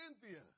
cynthia